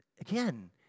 Again